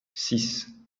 six